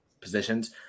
positions